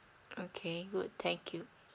okay good thank you